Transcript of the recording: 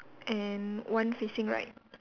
and one facing right